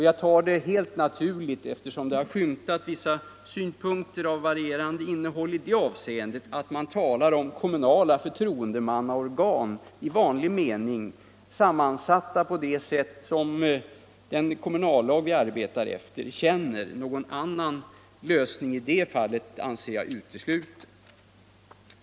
Jag tar det helt naturligt, eftersom det har skymtat vissa synpunkter av varierande innehåll i det avseendet, att man talar om kommunala förtroendemannaorgan i vanlig mening, sammansatta på det sätt som den kommunallag vi arbetar efter känner. Någon annan lösning i det fallet anser jag utesluten.